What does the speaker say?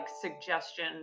suggestion